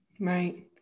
Right